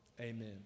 Amen